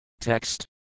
Text